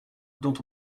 dont